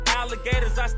alligators